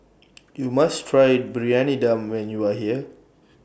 YOU must Try Briyani Dum when YOU Are here